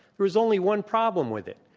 there was only one problem with it.